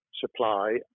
supply